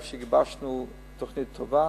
אני חושב שגיבשנו תוכנית טובה,